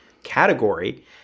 category